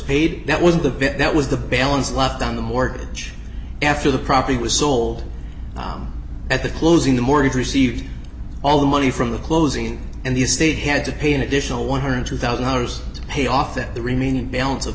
paid that was the bit that was the balance locked down the mortgage after the property was sold at the closing the mortgage received all the money from the closing and the estate had to pay an additional one hundred and two thousand dollars two cents pay off that the remaining balance of